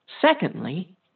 Secondly